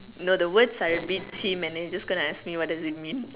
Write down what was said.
no the words are a bit cheem and then you're just gonna ask me what does it mean